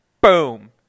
boom